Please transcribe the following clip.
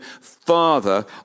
father